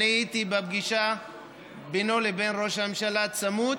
אני הייתי בפגישה בינו לבין ראש הממשלה צמוד,